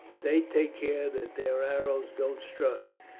they take care that their arrows don't strike,